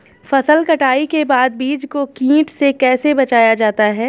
फसल कटाई के बाद बीज को कीट से कैसे बचाया जाता है?